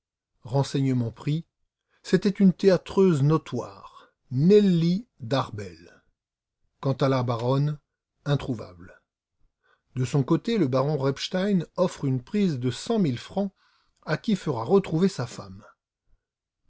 renseignements pris c'était une théâtreuse notoire nelly darbel quant à la baronne introuvable de son côté le baron repstein offre une prime de cent mille francs à qui fera retrouver sa femme